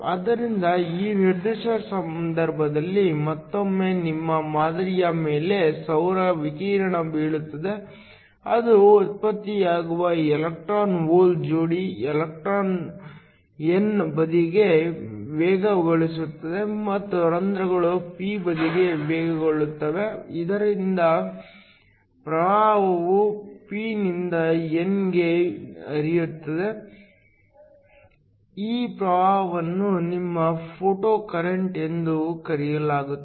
ಆದ್ದರಿಂದ ಈ ನಿರ್ದಿಷ್ಟ ಸಂದರ್ಭದಲ್ಲಿ ಮತ್ತೊಮ್ಮೆ ನಿಮ್ಮ ಮಾದರಿಯ ಮೇಲೆ ಸೌರ ವಿಕಿರಣ ಬೀಳುತ್ತದೆ ಅದು ಉತ್ಪತ್ತಿಯಾಗುವ ಎಲೆಕ್ಟ್ರಾನ್ ಹೋಲ್ ಜೋಡಿ ಎಲೆಕ್ಟ್ರಾನ್ n ಬದಿಗೆ ವೇಗಗೊಳ್ಳುತ್ತದೆ ಮತ್ತು ರಂಧ್ರಗಳು p ಬದಿಗೆ ವೇಗಗೊಳ್ಳುತ್ತವೆ ಇದರಿಂದ ಪ್ರವಾಹವು p ನಿಂದ n ಗೆ ಹರಿಯುತ್ತದೆ ಈ ಪ್ರವಾಹವನ್ನು ನಿಮ್ಮ ಫೋಟೊಕರೆಂಟ್ ಎಂದು ಕರೆಯಲಾಗುತ್ತದೆ